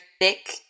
thick